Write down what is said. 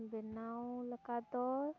ᱵᱮᱱᱟᱣ ᱞᱮᱠᱟᱫᱚ